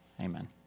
Amen